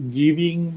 giving